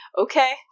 Okay